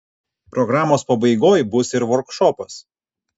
programos pabaigoj bus ir vorkšopas